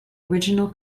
original